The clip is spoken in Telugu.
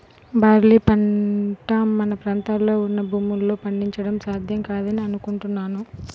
బార్లీ పంట మన ప్రాంతంలో ఉన్న భూముల్లో పండించడం సాధ్యం కాదని అనుకుంటున్నాను